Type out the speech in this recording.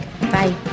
Bye